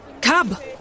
Cab